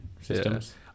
systems